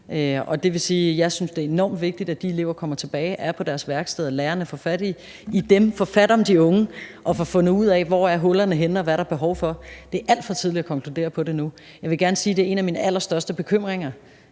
Det vil sige, at jeg synes, det er enormt vigtigt, at de elever kommer tilbage og er på deres værksteder og lærerne får fat om de unge og får fundet ud af, hvor hullerne er henne, og hvad der er behov for. Det er alt for tidligt at konkludere på det nu. Jeg vil gerne sige, at det er en af mine største bekymringer.